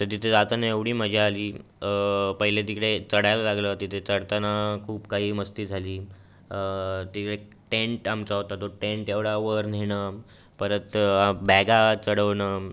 तर तिथे जाताना एवढी मजा आली पहिले तिकडे चढायला लागलं तिथे चढताना खूप काही मस्ती झाली तिकडे एक टेन्ट आमचा होता तो टेन्ट एवढा वर नेणं परत बॅगा चढवणं